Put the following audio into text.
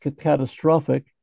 catastrophic